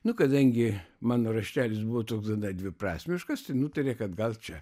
nu kadangi mano raštelis buvo toks dviprasmiškas tai nutarė kad gal čia